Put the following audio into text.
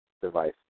device